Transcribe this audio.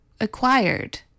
acquired